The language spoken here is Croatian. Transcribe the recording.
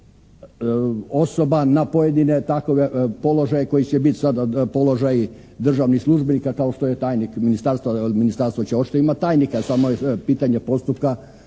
osoba na pojedine takove položaje koji će biti sada položaji državnih službenika kao što je tajnik ministarstva. Ministarstvo će očito imati tajnika, samo je pitanje postupka